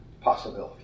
possibility